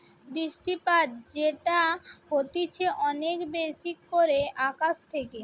বৃষ্টিপাত যেটা হতিছে অনেক বেশি করে আকাশ থেকে